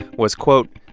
was, quote,